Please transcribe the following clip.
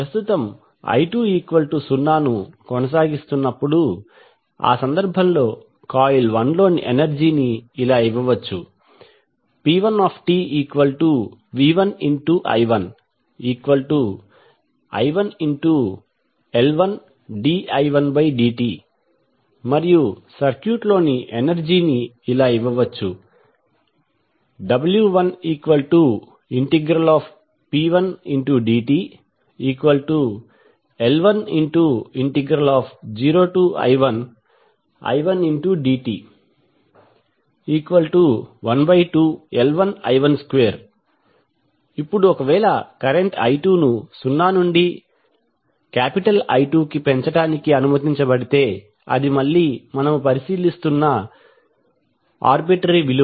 ప్రస్తుతi20 ను కొనసాగిస్తున్నప్పుడు ఆ సందర్భంలో కాయిల్ వన్ లోని ఎనర్జీ ని ఇలా ఇవ్వవచ్చు p1tv1i1i1L1di1dt మరియు సర్క్యూట్ లోని ఎనర్జీ ని ఇలా ఇవ్వవచ్చు w1p1dtL10I1i1dt12L1I12 ఇప్పుడు ఒకవేళ కరెంట్ i2 ను 0 నుండి I2 కు పెంచడానికి అనుమతించబడితే అది మళ్ళీ మనము పరిశీలిస్తున్న ఆర్బిటరీ విలువ